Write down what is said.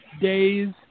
Days